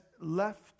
left